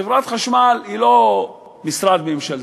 חברת חשמל היא לא משרד ממשלתי,